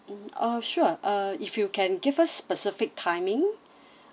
uh sure uh if you can give us specific timing